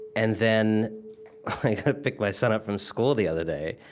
and then i go to pick my son up from school the other day,